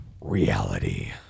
Reality